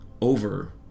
over